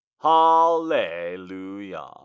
Hallelujah